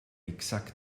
exakt